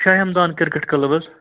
شاہِ Hamdan cricket club حظ